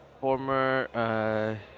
former